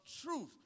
truth